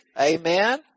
Amen